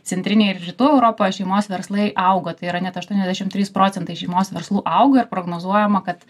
centrinėj ir rytų europoje šeimos verslai augo tai yra net aštuoniasdešim trys procentai šeimos verslų augo ir prognozuojama kad